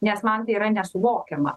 nes man tai yra nesuvokiama